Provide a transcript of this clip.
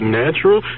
natural